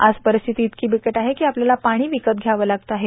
आज परिस्थिती इतकी बिकट आहे की आपल्याला पाणी विकत घ्यावं लागत आहे